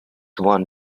won